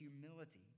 humility